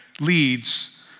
leads